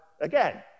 again